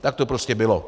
Tak to prostě bylo.